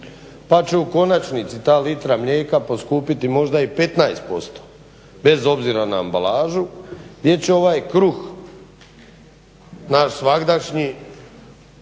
pa će u konačnici ta litra mlijeka poskupiti možda i 15% bez obzira na ambalažu, gdje će ovaj kruh naš svagdašnji